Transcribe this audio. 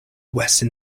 western